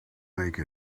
make